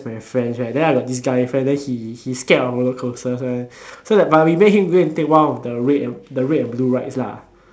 with my friends right then I got this guy friend then he he scared of roller coasters one but we make him go take one of the red the red and blue rides lah